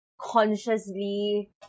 consciously